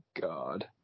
god